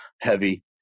heavy